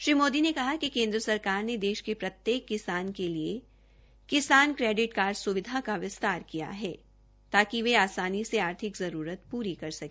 श्री मोदी ने कहा कि केन्द्र सरकार ने देश के प्रत्येक किसान के लिए किसान क्रोडिट कार्ड सुविधा का विस्तार किया है ताकि वे आसानी से आर्थिक जरूरत पूरी कर सके